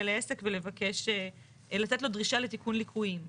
לעסק ולתת לו דרישה לתיקון ליקויים בעסק.